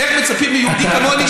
איך מצפים מיהודי כמוני,